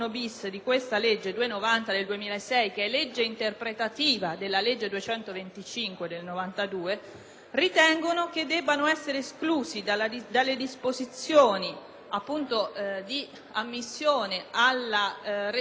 ritengono che debbano essere esclusi dalle disposizioni di ammissione alla restituzione in forma ridotta al 40 per cento in 120 rate mensili i datori di lavoro e i lavoratori pubblici.